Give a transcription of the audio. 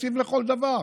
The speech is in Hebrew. תקציב לכל דבר.